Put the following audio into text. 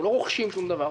אנחנו לא רוכשים שום דבר,